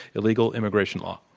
the legal immigration law.